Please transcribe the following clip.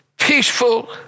peaceful